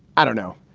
i don't know,